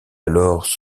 alors